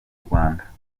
rwanda